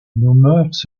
nos